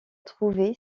trouvé